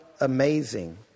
amazing